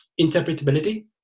interpretability